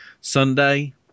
Sunday